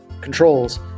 controls